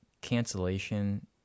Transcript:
cancellation